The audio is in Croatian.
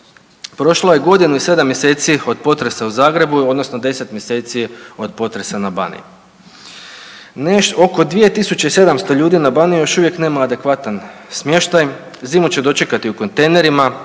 prošlo je godinu i sedam mjeseci od potresa u Zagrebu odnosno 10 mjeseci od potresa na Baniji. Oko 2.700 ljudi na Baniji još uvijek nema adekvatan smještaj, zimu će dočekati u kontejnerima,